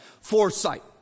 foresight